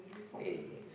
okay okay